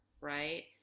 Right